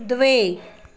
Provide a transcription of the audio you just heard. द्वे